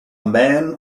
man